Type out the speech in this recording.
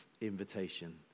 invitation